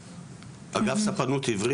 אגף ספנות עברית,